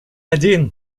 один